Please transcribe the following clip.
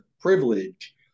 privilege